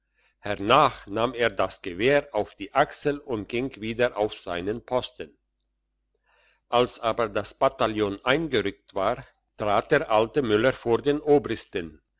hernach nahm er das gewehr auf die achsel und ging wieder auf seinen posten als aber das bataillon eingerückt war trat der alte müller vor den obristen